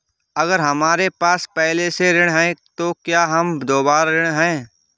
अगर हमारे पास पहले से ऋण है तो क्या हम दोबारा ऋण हैं?